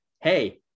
hey